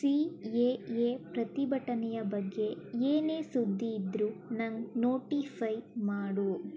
C A A ಪ್ರತಿಭಟನೆಯ ಬಗ್ಗೆ ಏನೇ ಸುದ್ದಿ ಇದ್ದರು ನಂಗೆ ನೋಟಿಫೈ ಮಾಡು